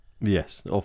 Yes